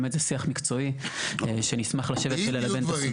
באמת זה שיח מקצועי, שנשמח לשבת ללבן את הסוגיות.